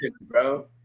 bro